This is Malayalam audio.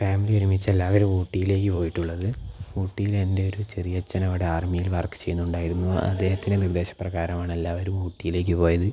ഫാമിലി ഒരുമിച്ച് എല്ലാവരും ഊട്ടിയിലേക്ക് പോയിട്ടുള്ളത് ഊട്ടിയിൽ എൻ്റെ ഒരു ചെറിയച്ഛൻ അവിടെ ആർമിയിൽ വർക്ക് ചെയ്യുന്നുണ്ടായിരുന്നു അദ്ദേഹത്തിൻ്റെ നിർദ്ദേശ പ്രകാരമാണ് എല്ലാവരും ഊട്ടിയിലേക്ക് പോയത്